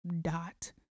dot